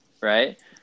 right